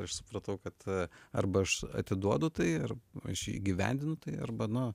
aš supratau kad arba aš atiduodu tai ir aš įgyvendinu tai arba nu